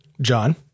John